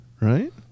right